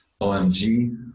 OMG